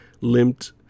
limped